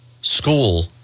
school